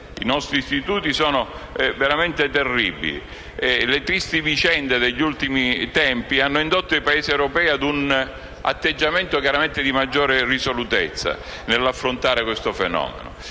i nostri istituti sono veramente terribili. Le tristi vicende degli ultimi tempi hanno indotto i Paesi europei ad un atteggiamento di maggior risolutezza nell'affrontare questo fenomeno